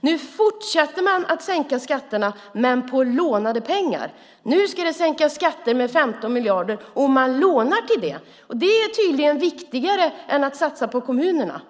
Nu fortsätter man att sänka skatterna, men på lånade pengar. Nu ska det sänkas skatter med 15 miljarder, och man lånar till det. Det är tydligen viktigare än att satsa på kommunerna.